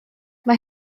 mae